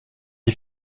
des